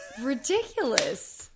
ridiculous